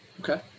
Okay